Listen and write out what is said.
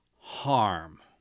harm